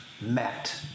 met